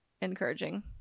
encouraging